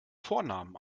vornamen